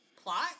plot